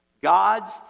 God's